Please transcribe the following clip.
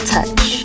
Touch